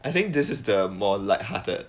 I think this is the more lighthearted